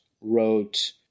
wrote